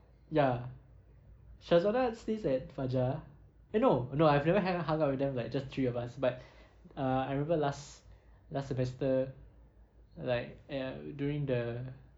ya syazwana stays at fajar eh no no I've never hang hung out with them like just three of us but uh I remember last last semester like at during the